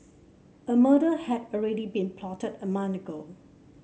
a murder had already been plotted a month ago